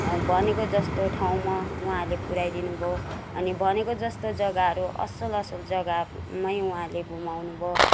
भनेको जस्तो ठाउँमा उहाँले पुऱ्याइदिनु भयो अनि भनेको जस्तो जग्गाहरू असल असल जग्गामै उहाँले घुमाउनु भयो